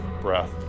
breath